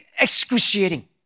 excruciating